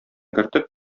кертеп